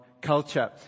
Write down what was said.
culture